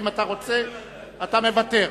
אתה מוותר.